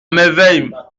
merveille